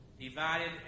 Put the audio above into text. divided